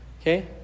Okay